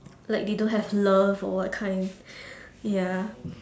like they don't have love or what kind ya